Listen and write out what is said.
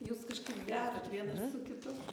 jūs kažkaip derat vienas su kitu